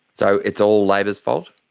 so it's all labor's fault?